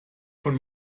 von